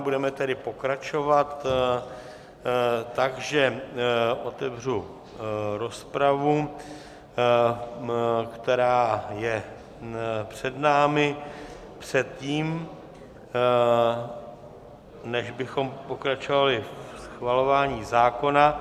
Budeme tedy pokračovat, takže otevřu rozpravu, která je před námi předtím, než bychom pokračovali ve schvalování zákona.